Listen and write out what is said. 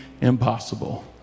impossible